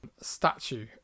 statue